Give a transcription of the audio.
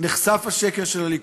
נחשף השקר של הליכוד.